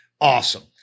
awesome